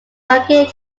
working